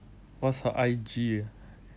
what's her I_G